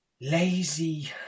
lazy